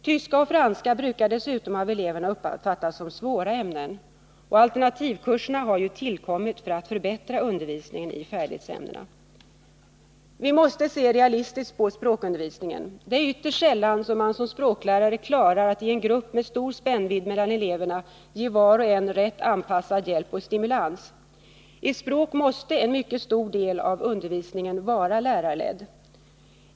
Tyska och franska brukar dessutom av eleverna uppfattas som svåra ämnen. Alternativkurserna har ju tillkommit för att förbättra undervisningen i färdighetsämnena. Vi måste se realistiskt på språkundervisningen. Det är ytterst sällan man som språklärare klarar att i en grupp med stor spännvidd mellan eleverna ge var och en rätt anpassad hjälp och stimulans. I språk måste en mycket stor del av undervisningen vara lärarledd.